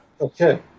okay